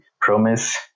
promise